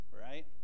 right